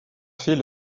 fait